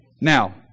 Now